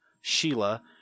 Sheila